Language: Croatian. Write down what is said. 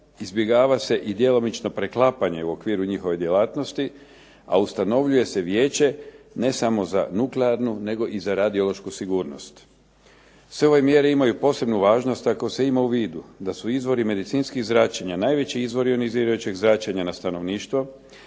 Izbjegava se i djelomično preklapanje u okviru njihove djelatnosti, a ustanovljuje se vijeće, ne samo za nuklearnu nego i za radiološku sigurnost. Sve ove mjere imaju posebnu važnost ako se ima u vidu da su izvori medicinskih zračenja najveći izvor ionizirajućeg zračenja na stanovništvo,